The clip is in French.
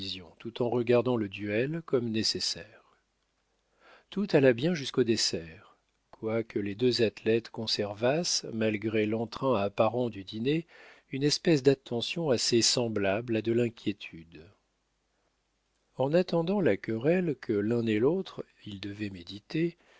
tout en regardant le duel comme nécessaire tout alla bien jusqu'au dessert quoique les deux athlètes conservassent malgré l'entrain apparent du dîner une espèce d'attention assez semblable à de l'inquiétude en attendant la querelle que l'un et l'autre ils devaient méditer